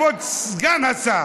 כבוד סגן השר,